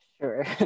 Sure